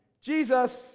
Jesus